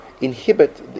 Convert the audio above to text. inhibit